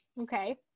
okay